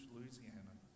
Louisiana